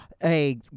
Hey